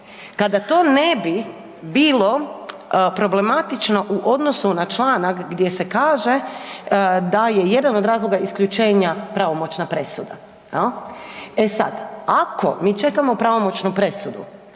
Kada to ne bi bilo problematično u odnosu na članak gdje se kaže da je jedan od razloga isključenja pravomoćna presuda, je li? E sad, ako mi čekamo pravomoćnu presudu,